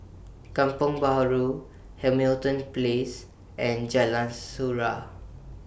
Kampong Bahru Hamilton Place and Jalan Surau